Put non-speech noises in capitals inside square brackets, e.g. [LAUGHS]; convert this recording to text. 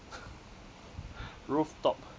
[LAUGHS] rooftop